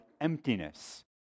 emptiness